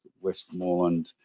Westmoreland